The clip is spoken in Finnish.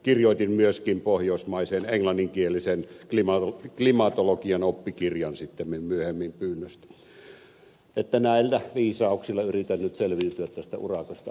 kirjoitin myöskin pohjoismaisen englanninkielisen klimatologian oppikirjan sittemmin myöhemmin pyynnöstä että näillä viisauksilla yritän nyt selviytyä tästä urakasta